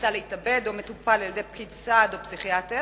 ניסה להתאבד או מטופל על-ידי פקיד סעד או פסיכיאטר,